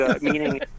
meaning